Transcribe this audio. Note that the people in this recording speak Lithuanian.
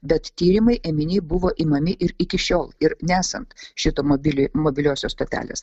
bet tyrimai ėminiai buvo imami ir iki šiol ir nesant šito mobilio mobiliosios stotelės